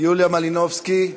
יוליה מלינובסקי,